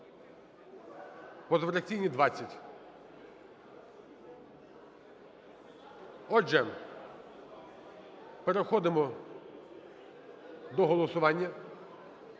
позафракційні – 20. Отже, переходимо до голосування.